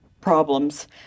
problems